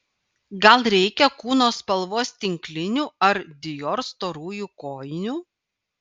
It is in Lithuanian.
gal reikia kūno spalvos tinklinių ar dior storųjų kojinių